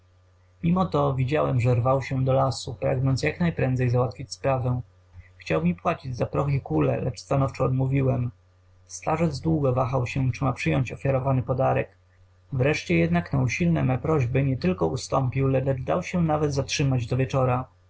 mimo to widziałem że rwał się do lasu pragnąc jak najprędzej załatwić sprawę chciał mi płacić za proch i kule lecz stanowczo odmówiłem starzec długo wahał się czy ma przyjąć ofiarowany podarek wreszcie jednak na usilne me prośby nie tylko ustąpił lecz dał się nawet zatrzymać do wieczora